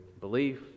belief